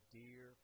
dear